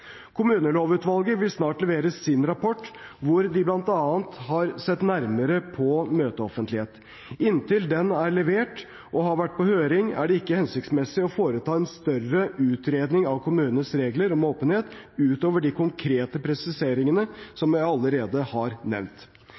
Kommunelovutvalget vil snart levere sin rapport hvor de bl.a. har sett nærmere på møteoffentlighet. Inntil den er levert og har vært på høring, er det ikke hensiktsmessig å foreta en større utredning av kommunenes regler om åpenhet utover de konkrete presiseringene som jeg allerede har nevnt.